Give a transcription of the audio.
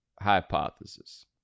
hypothesis